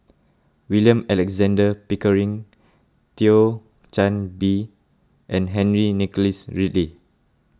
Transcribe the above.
William Alexander Pickering Thio Chan Bee and Henry Nicholas Ridley